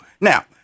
Now